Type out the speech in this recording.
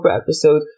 episode